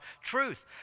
truth